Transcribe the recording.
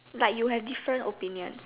but you have different opinion